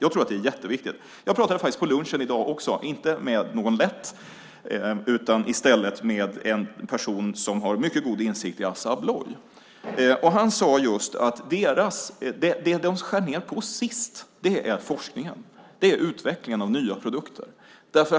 Jag tror att det är jätteviktigt. Jag pratade faktiskt också på lunchen i dag, inte med någon "lett" utan i stället med en person som har mycket god insikt i Assa Abloy. Han sade just att det de skär ned på sist är forskningen. Det är utvecklingen av nya produkter.